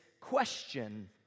question